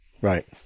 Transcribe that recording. Right